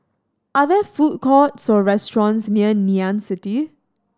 are there food courts or restaurants near Ngee Ann City